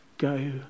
Go